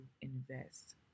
invest